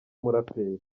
umuraperi